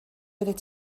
oeddet